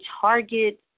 target